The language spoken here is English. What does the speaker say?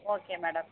okay madam